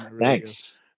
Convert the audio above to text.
Thanks